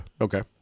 Okay